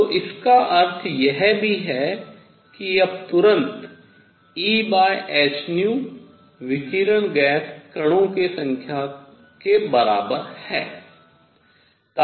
तो इसका अर्थ यह भी है कि तब तुरंत Ehν विकिरण गैस कणों की संख्या के बराबर है